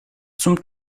zum